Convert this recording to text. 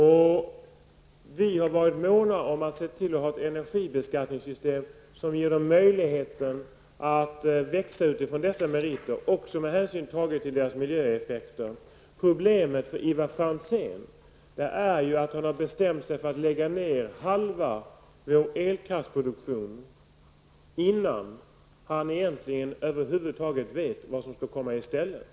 Vi har varit måna om att se till att vi har ett energibeskattningssystem som ger en möjlighet att växa utifrån dessa meriter också med hänsyn till deras miljöeffekter. Problemet för Ivar Franzén är att han har bestämt sig för att lägga ned halva vår elkraftproduktion innan han egentligen vet vad som skall komma i stället.